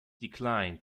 declined